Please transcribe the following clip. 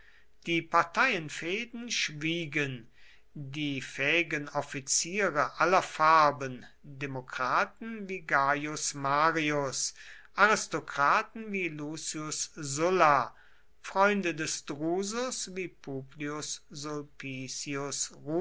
die parteifehden schwiegen die fähigen offiziere aller farben demokraten wie gaius marius aristokraten wie lucius sulla freunde des drusus wie